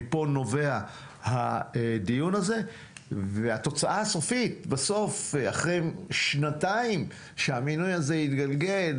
מפה נובע הדיון הזה והתוצאה הסופית בסוף אחרי שנתיים שהמינוי הזה התגלגל